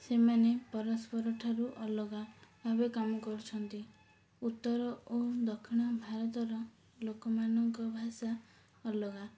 ସେମାନେ ପରସ୍ପରଠାରୁ ଅଲଗା ଭାବେ କାମ କରୁଛନ୍ତି ଉତ୍ତର ଓ ଦକ୍ଷିଣ ଭାରତର ଲୋକମାନଙ୍କ ଭାଷା ଅଲଗା